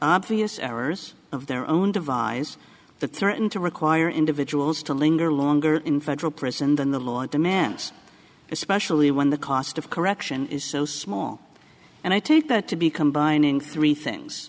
obvious errors of their own devise the threaten to require individuals to linger longer in federal prison than the law demands especially when the cost of correction is so small and i take that to be combining three things